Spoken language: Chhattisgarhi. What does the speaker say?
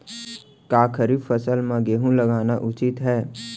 का खरीफ फसल म गेहूँ लगाना उचित है?